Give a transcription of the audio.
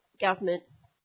governments